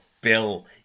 Bill